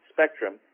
Spectrum